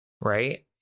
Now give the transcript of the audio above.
Right